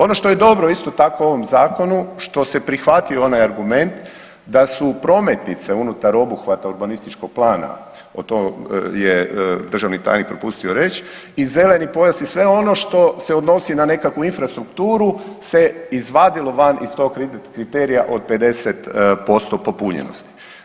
Ono što je dobro isto tako u ovom zakonu što se prihvatio onaj argument da su prometnice unutar obuhvata urbanističkog plana, to je državni tajnik propustio reć, i zeleni pojas i sve ono što se odnosi na nekakvu infrastrukturu se izvadilo van iz tog kriterija od 50% popunjenosti.